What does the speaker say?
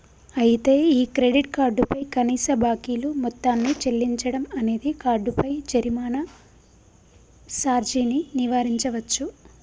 అయితే ఈ credit card పై కనీస బాకీలు మొత్తాన్ని చెల్లించడం అనేది కార్డుపై జరిమానా సార్జీని నివారించవచ్చు